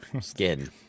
skin